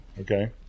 Okay